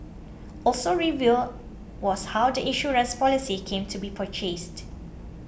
also revealed was how the insurance policy came to be purchased